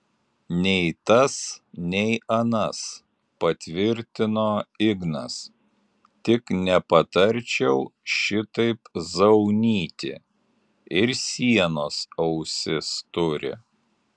nei tas nei anas patvirtino ignas tik nepatarčiau šitaip zaunyti ir sienos ausis turi